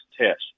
test